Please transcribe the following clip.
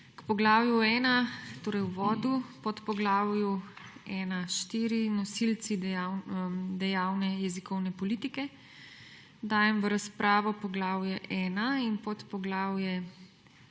K poglavju 1, torej uvodu, podpoglavju 1.4. Nosilci dejavne jezikovne politike, dajem v razpravo poglavje 1 in podpoglavje